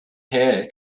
hair